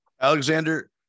Alexander